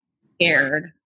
scared